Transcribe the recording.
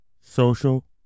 Social